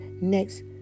next